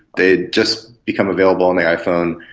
they had just become available on the iphone,